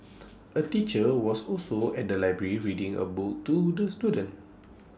A teacher was also at the library reading A book to the students